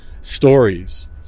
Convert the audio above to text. stories